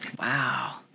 Wow